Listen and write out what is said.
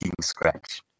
scratch